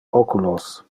oculos